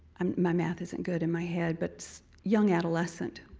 um my math isn't good in my head, but young adolescent,